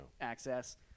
access